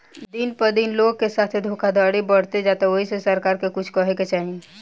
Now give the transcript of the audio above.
दिन प दिन लोग के साथे धोखधड़ी बढ़ते जाता ओहि से सरकार के कुछ करे के चाही